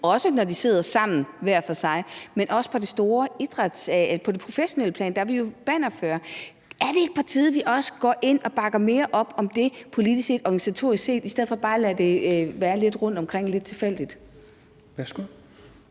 også når de sidder sammen hver for sig, men jo også, at vi på det professionelle plan er bannerførere. Er det ikke på tide, at vi også går ind og bakker mere op om det politisk set og organisatorisk set i stedet for bare at lade det være lidt rundtomkring, lidt tilfældigt? Kl.